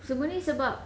semua ni sebab